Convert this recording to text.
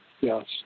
Yes